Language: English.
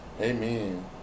Amen